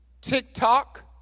TikTok